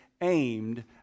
aimed